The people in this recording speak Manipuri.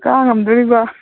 ꯀꯥ ꯉꯝꯗꯣꯔꯤꯕꯥ